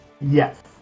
Yes